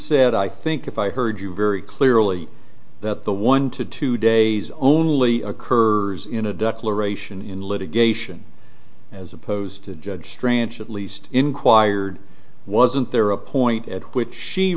said i think if i heard you very clearly that the one to two days only occurs in a declaration in litigation as opposed to judge grants at least inquired wasn't there a point at which she